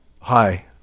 Hi